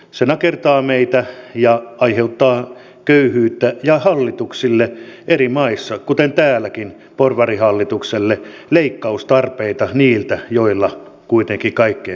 se nakertaa meitä ja aiheuttaa köyhyyttä hallituksille eri maissa kuten täälläkin porvarihallitukselle leikkaustarpeita niiltä joilla kuitenkin kaikkein vähiten on